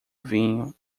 vinho